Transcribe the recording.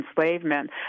enslavement